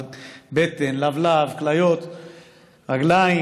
על בטן, לבלב, כליות, רגליים.